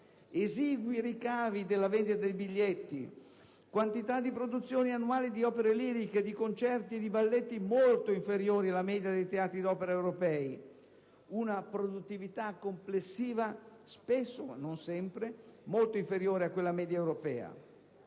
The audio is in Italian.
esigui ricavi dalla vendita dei biglietti; quantità di produzioni annuali di opere liriche, concerti e balletti molto inferiore alla media dei teatri d'opera europei; una produttività complessiva spesso (non sempre) molto inferiore a quella media europea.